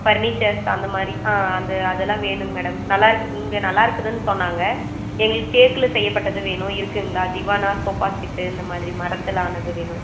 furnitures அந்தமாதிரி ஆ அந்த அதெல்லாம் வேணுங்க மேடம் நல்லாருக் இங்கே நல்லாயிருக்குதுனு சொன்னாங்க எங்களுக்கு தேக்கில் செய்யப்பட்டது வேணும் இருக்குதுங்களா திவானா சோபா செட்டு இந்தமாதிரி மரத்திலானது வேணும்